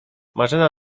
marzena